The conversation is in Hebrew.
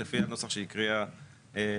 על פי הנוסח שהקריאה לירון.